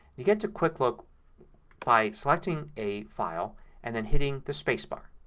you get to quick look by selecting a file and then hitting the spacebar.